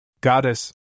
Goddess